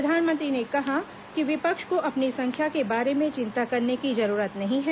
प्रधानमंत्री ने कहा कि विपक्ष को अपनी संख्या के बारे में चिंता करने की जरूरत नहीं है